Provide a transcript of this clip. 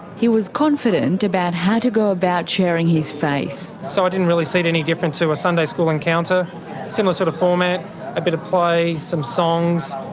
he was confident about how to go about sharing his faith. so i didn't really see it any different to a sunday school encounter, a similar sort of format a bit of play, some songs,